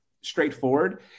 straightforward